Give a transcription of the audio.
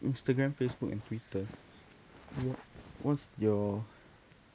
instagram facebook and twitter what what's your